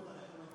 אתגר גדול.